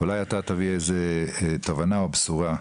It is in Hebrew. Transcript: אולי אתה תביא איזו תובנה או בשורה.